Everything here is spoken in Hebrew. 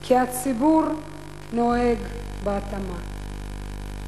כי הציבור נוהג בהתאמה.